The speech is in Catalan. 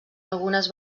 algunes